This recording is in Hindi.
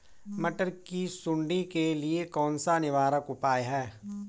मटर की सुंडी के लिए कौन सा निवारक उपाय है?